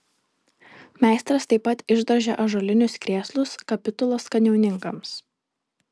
meistras taip pat išdrožė ąžuolinius krėslus kapitulos kanauninkams